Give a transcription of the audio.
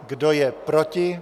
Kdo je proti?